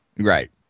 Right